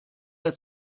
der